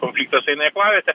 konfliktas eina į aklavietę